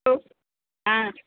hello ಹಾಂ